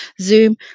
Zoom